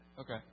Okay